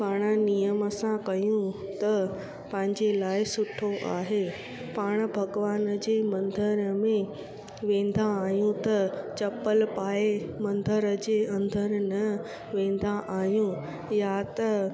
पाण नियम सां कयूं त पंहिंजे लाइ सुठो आहे पाण भॻिवान जे मंदर में वेंदा आहियूं त चम्पलु पाए मंदर जे अंदर न वेंदा आहियूं या त